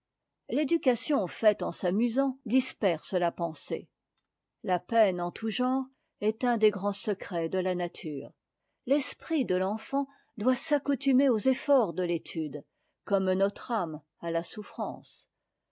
l'éducation faite en s'amusant disperse la pensée la peine en tout genre est un des grands secrets de la nature l'esprit de l'enfant doit s'accoutumer aux efforts de l'étude comme notre âme à la souffrance